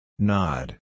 Nod